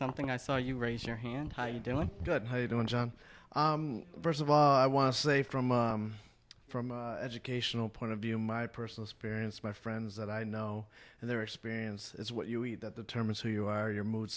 something i saw you raise your hand how you doing good how you doing john first of all i want to say from from educational point of view my personal experience my friends that i know and their experience is what you eat that the terms who you are your mood